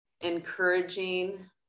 encouraging